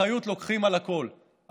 אחריות לוקחים על הכול.